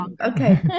Okay